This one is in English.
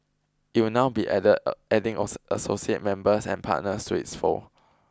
it will now be adding associate members and partners to its fold